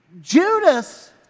Judas